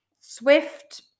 swift